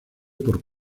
por